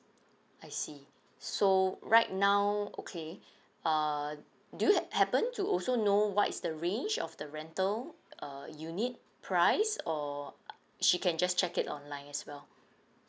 I see so right now okay err do you ha~ happen to also know what is the range of the rental err unit price or uh she can just check it online as well